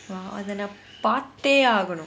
!wow! and then பாத்தே ஆகனும்:paathae aaganum